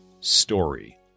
Story